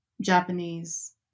Japanese